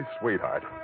Sweetheart